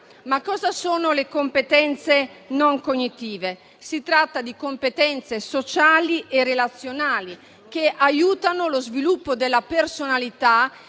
Ma cosa sono le competenze non cognitive? Si tratta di competenze sociali e relazionali, che aiutano lo sviluppo della personalità